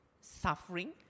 suffering